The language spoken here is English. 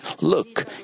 look